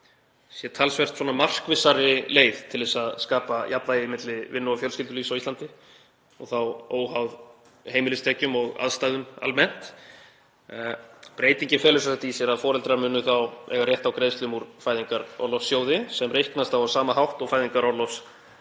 sé talsvert markvissari leið til að skapa jafnvægi milli vinnu og fjölskyldulífs á Íslandi og þá óháð heimilistekjum og aðstæðum almennt. Breytingin felur í sér að foreldrar munu þá eiga rétt á greiðslum úr Fæðingarorlofssjóði sem reiknast á sama hátt og fæðingarorlofsgreiðslur,